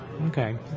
Okay